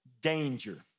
danger